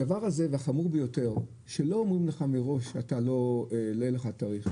הדבר הזה והחמור ביותר שלא אומרים לך מראש שאתה לא יהיה לך תאריך,